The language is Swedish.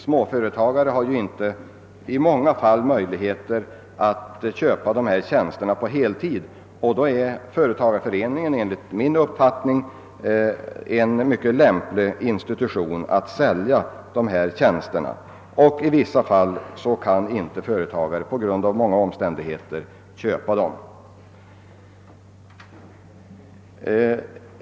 Småföretagare har i många fall inte möjlighet att heltidsanställa någon att utföra dessa tjänster, och enligt min uppfattning är företagareföreningen en mycket lämplig institution då det gäller att sälja tjänsterna, även om i vissa fall företagare inte kan köpa dem på grund av olika omständigheter.